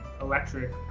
electric